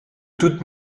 toute